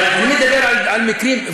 אבל אני מדבר על מקרים,